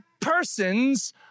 person's